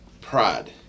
pride